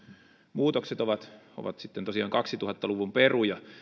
muutokset ovat ovat tosiaan kaksituhatta luvun peruja